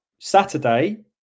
Saturday